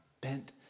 bent